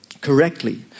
correctly